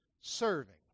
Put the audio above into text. serving